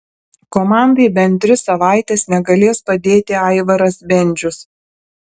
komandai bent tris savaites negalės padėti aivaras bendžius